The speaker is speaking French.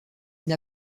une